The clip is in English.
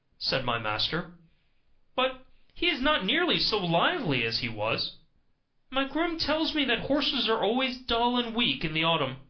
said my master but he is not nearly so lively as he was my groom tells me that horses are always dull and weak in the autumn,